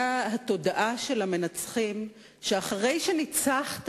היה התודעה של המנצחים, שאחרי שניצחת